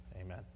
Amen